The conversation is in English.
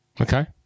Okay